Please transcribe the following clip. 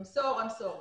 אמסור.